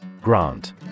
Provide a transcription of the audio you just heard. Grant